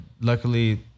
Luckily